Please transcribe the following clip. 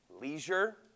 leisure